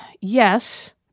Yes